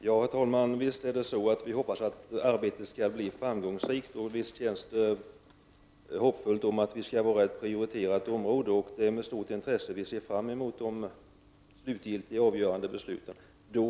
Herr talman! Visst hoppas vi att arbetet skall bli framgångsrikt, och det känns hoppfullt att Blekinge skall vara ett prioriterat område. Det är med stort intresse som vi ser fram emot de slutgiltiga och avgörande besluten.